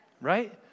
right